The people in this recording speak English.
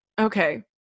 okay